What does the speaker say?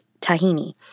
tahini